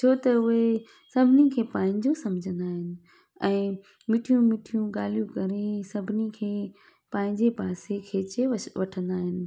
छो त उहे सभिनी खे पंहिंजो समिझंदा आहिनि ऐं मिठियूं मिठियूं ॻाल्हियूं करे सभिनी खे पंहिंजे पासे खेचे छ वठंदा आहिनि